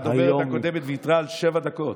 הדוברת הקודמת ויתרה על שבע דקות.